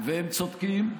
והם צודקים.